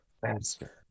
Faster